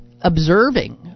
observing